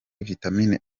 vitamini